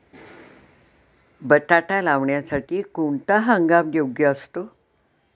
बटाटा लावण्यासाठी कोणता हंगाम योग्य असतो?